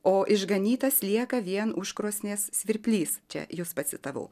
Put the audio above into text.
o išganytas lieka vien užkrosnės svirplys čia jus pacitavau